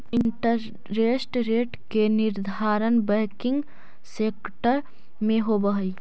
interest rate के निर्धारण banking sector में होवऽ हई